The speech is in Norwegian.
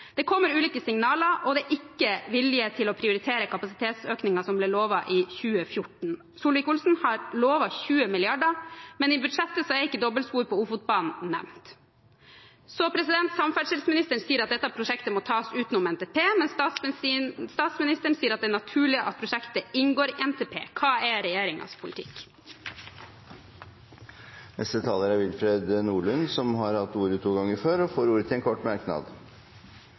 Det kommer ulike signaler, og det er ikke vilje til å prioritere kapasitetsøkningen som ble lovet i 2014. Statsråd Solvik-Olsen har lovet 20 mrd. kr, men i budsjettet er ikke dobbeltspor på Ofotbanen nevnt. Samferdselsministeren sier at dette prosjektet må tas utenom NTP, mens statsministeren sier at det er naturlig at prosjektet inngår i NTP. Hva er regjeringens politikk? Representanten Willfred Nordlund har hatt ordet to ganger tidligere og får ordet til en kort merknad,